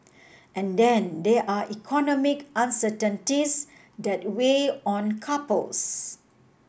and then there are economic uncertainties that weigh on couples